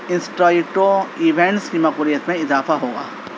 انسٹرائٹو events کی مقبولیت میں اضافہ ہوگا